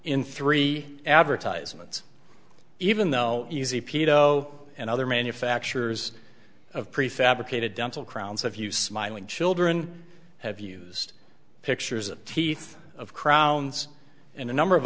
in three advertisements even though easy paedo and other manufacturers of prefabricated dental crowns have you smiling children have used pictures of teeth of crowns and a number of